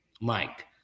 Mike